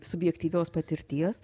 subjektyvios patirties